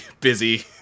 busy